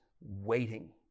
waiting